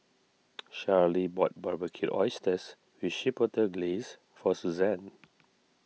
Charly bought Barbecued Oysters with Chipotle Glaze for Suzanne